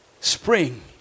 spring